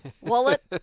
wallet